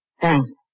Thanks